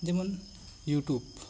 ᱡᱮᱢᱚᱱ ᱭᱩᱴᱩᱵᱽ